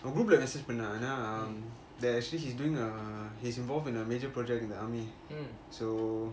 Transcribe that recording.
group lah message பண்ணன் ஆனா:pannan aana actually he's doing he's involved in a major project in the army so